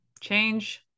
Change